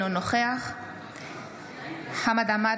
אינו נוכח חמד עמאר,